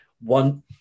One